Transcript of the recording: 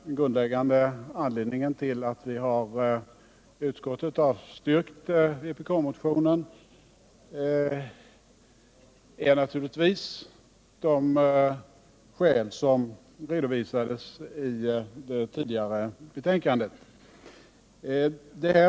Den grundläggande anledningen till att utskottet har avstyrkt vpk-motionen är naturligtvis de skäl som redovisades i det tidigare betänkandet.